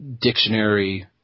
dictionary –